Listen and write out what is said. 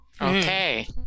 Okay